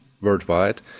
worldwide